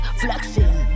flexing